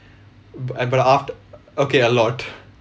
but uh but after okay a lot